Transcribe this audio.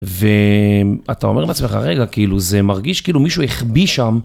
ואתה אומר לעצמך, רגע, כאילו זה מרגיש כאילו מישהו החביא שם.